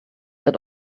had